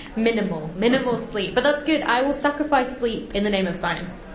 minimal, minimal sleep. but that's good, i will sacrifice sleep in the name of science.